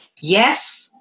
yes